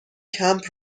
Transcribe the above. کمپ